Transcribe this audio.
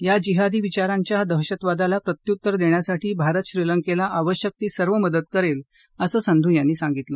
या जिहादी विचारांच्या दहशतवादाला प्रत्युत्तर देण्यासाठी भारत श्रीलंकेला आवश्यक ती सर्व मदत करेल असंही संधू यांनी सांगितलं